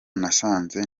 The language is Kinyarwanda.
nasanze